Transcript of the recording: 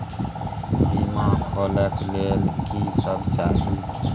बीमा खोले के लेल की सब चाही?